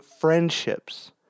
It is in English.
friendships